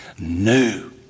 New